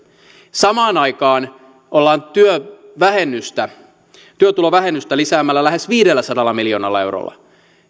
samaan aikaan ollaan työtulovähennystä työtulovähennystä lisäämässä lähes viidelläsadalla miljoonalla eurolla